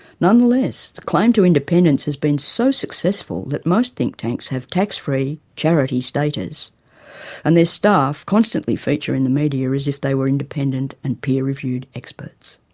nonetheless, the claim to independence has been so successful that most think tanks have tax-free charity status and their staff constantly feature in the media as if they were independent and peer-reviewed experts.